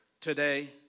Today